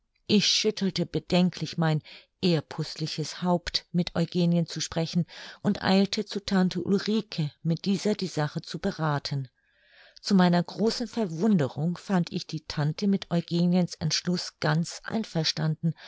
ich schüttelte bedenklich mein ehrpußliches haupt mit eugenien zu sprechen und eilte zu tante ulrike mit dieser die sache zu berathen zu meiner großen verwunderung fand ich die tante mit eugeniens entschluß ganz einverstanden